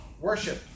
Worship